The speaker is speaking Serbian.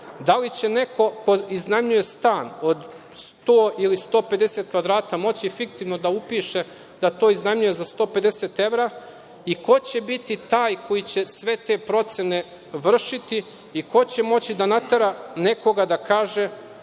da li će neko ko iznajmljuje stan od 100 ili 150 kvadrata moći fiktivno da upiše da to iznajmljuje za 150 evra i ko će biti taj koji će sve te procene vršiti i ko će moći da natera nekoga da kaže